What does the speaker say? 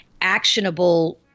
actionable